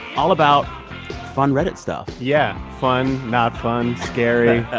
all about fun reddit stuff yeah. fun, not fun, scary,